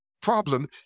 problem